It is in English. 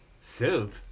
Soup